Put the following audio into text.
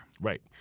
Right